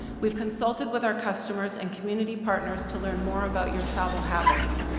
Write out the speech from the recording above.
we've consulted with our customers and community partners to learn more about your travel habits,